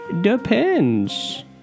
Depends